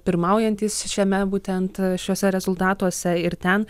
pirmaujantys šiame būtent šiuose rezultatuose ir ten